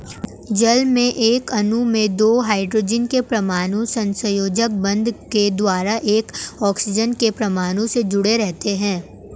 जल के एक अणु में दो हाइड्रोजन के परमाणु सहसंयोजक बंध के द्वारा एक ऑक्सीजन के परमाणु से जुडे़ रहते हैं